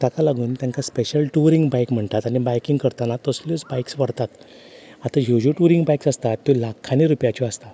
ताका लागून तांकां स्पेशल टुरींग बायक म्हणटात आनी बायकींग करतना तसल्यो बायकस व्हरतात आतां ह्यो ज्यो टुरींग बायकस आसतात त्यो लाखांनी रुपयाच्यो आसतात